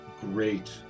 great